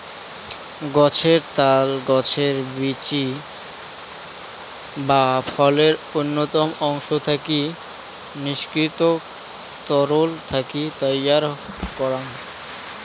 গছের ত্যাল, গছের বীচি বা ফলের অইন্যান্য অংশ থাকি নিষ্কাশিত তরল থাকি তৈয়ার করাং